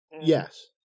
Yes